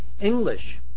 English